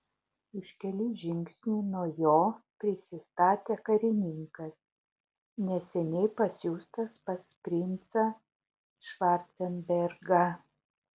už kelių žingsnių nuo jo prisistatė karininkas neseniai pasiųstas pas princą švarcenbergą